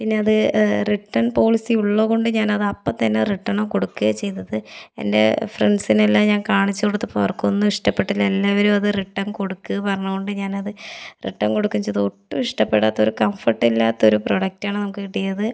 പിന്നത് return policy ഉള്ളത് കൊണ്ട് ഞാനതപ്പം തന്നെ റിട്ടൺ കൊടുക്കുകയാണ് ചെയ്തത് എൻ്റെ ഫ്രണ്ട്സിനെല്ലാം ഞാൻ കാണിച്ചു കൊടുത്തപ്പോൾ അവർക്കൊന്നും ഇഷ്ടപ്പെട്ടില്ല എല്ലാവരും അത് റിട്ടേൺ കൊടുക്ക് പറഞ്ഞത് കൊണ്ട് ഞാനത് റിട്ടേൺ കൊടുക്കുകയും ചെയ്തു ഒട്ടും ഇഷ്ടപ്പെടാത്തൊരു കംഫർട്ടില്ലാത്തൊരു പ്രൊഡക്റ്റാണ് നമുക്ക് കിട്ടിയത്